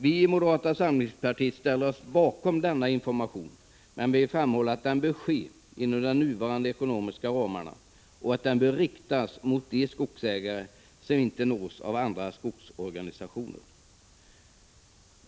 Vi i moderata samlingspartiet ställer oss bakom denna information, men vi vill framhålla att den bör ske inom nuvarande ekonomiska ramar och att den bör riktas mot de skogsägare som inte nås av andra skogsorganisationer.